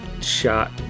shot